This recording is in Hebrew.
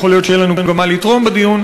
יכול להיות שיהיה לנו גם מה לתרום בדיון,